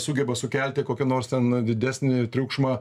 sugeba sukelti kokį nors ten didesnį triukšmą